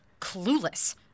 clueless